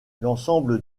l’ensemble